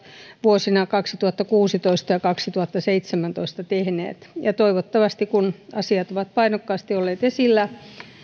vuosina kaksituhattakuusitoista ja kaksituhattaseitsemäntoista tehneet toivottavasti kun asiat ovat painokkaasti olleet esillä asialle